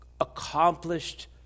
accomplished